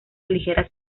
ligeras